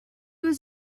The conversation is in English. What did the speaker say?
was